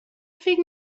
فکر